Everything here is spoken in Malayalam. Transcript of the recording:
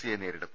സിയെ നേരിടും